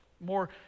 more